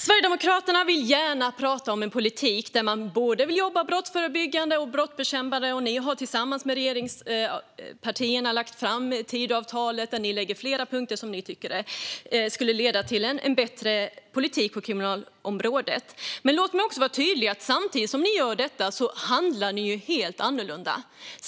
Sverigedemokraterna vill gärna prata om en politik där man vill jobba både brottsförebyggande och brottsbekämpande, och ni har tillsammans med regeringspartierna lagt fram Tidöavtalet med flera punkter som ni tycker skulle leda till en bättre politik på kriminalområdet. Men låt mig vara tydlig med att samtidigt som ni gör det handlar ni helt annorlunda.